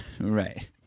Right